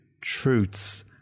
truths